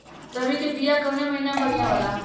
रबी के बिया कवना महीना मे बढ़ियां होला?